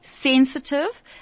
sensitive